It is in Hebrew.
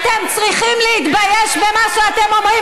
איך קריית ארבע שומרת